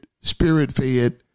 spirit-fed